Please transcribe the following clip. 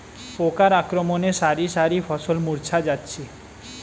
পোকার আক্রমণে শারি শারি ফসল মূর্ছা যাচ্ছে